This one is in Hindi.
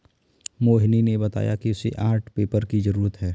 मोहिनी ने बताया कि उसे आर्ट पेपर की जरूरत है